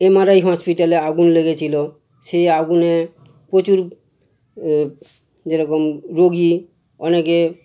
AMRI হসপিটালে আগুন লেগেছিল সেই আগুনে প্রচুর যেরকম রোগী অনেকে